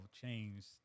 changed